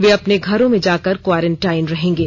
वे वह अपने घरों में जाकर क्वॉरेंटाइन रहेंगे